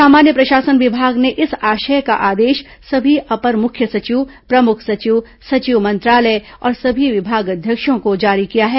सामान्य प्रशासन विभाग ने इस आशय का आदेश सभी अपर मुख्य सचिव प्रमुख सचिव सचिव मंत्रालय और सभी विभागाध्यक्षों को जारी किया है